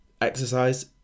exercise